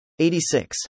86